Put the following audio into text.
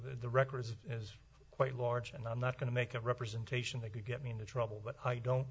the record is quite large and i'm not going to make a representation to get me into trouble but i don't